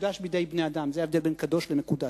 מקודש בידי בני-אדם, זה ההבדל בין קדוש למקודש.